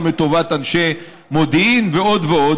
גם לטובת אנשי מודיעין ועוד ועוד.